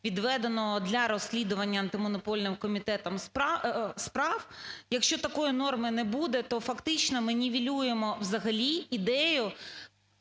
відведеного для розслідування Антимонопольним комітетом справ, якщо такої норми не буде, то фактично ми нівелюємо взагалі ідею